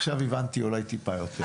עכשיו הבנתי אולי טיפה יותר.